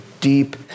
deep